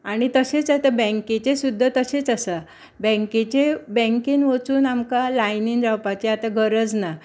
आनी तशेंच आतां बँकेचें सुद्दां तशेंच आसा बँकेचें बँकेन वचून आमकां लायनीन रावपाची आतां गरज ना